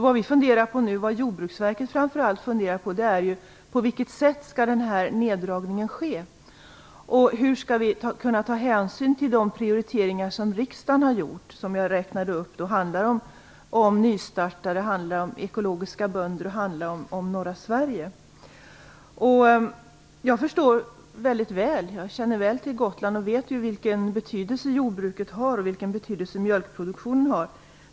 Vad vi och framför allt Jordbruksverket nu funderar på är på vilket sätt neddragningen skall ske och hur vi skall kunna ta hänsyn till de prioriteringar som riksdagen har gjort, vilka jag räknade upp och som handlar om nystartande, ekologiska bönder och om norra Sverige. Jag känner väl till den betydelse som jordbruket och mjölkproduktionen har för Gotland.